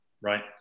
Right